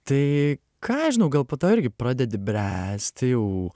tai ką aš žinau gal po to irgi pradedi bręsti jau